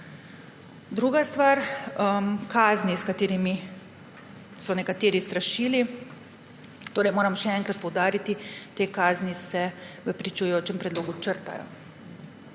Druga stvar, kazni, s katerimi so nekateri strašili. Moram še enkrat poudariti, te kazni se v pričujočem predlogu črtajo.